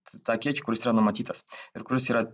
tą kiekį kuris yra numatytas ir kuris yra